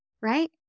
right